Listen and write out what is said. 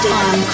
on